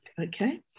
Okay